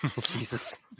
Jesus